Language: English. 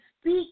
speak